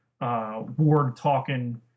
ward-talking